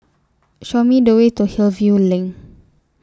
Show Me The Way to Hillview LINK